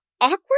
awkward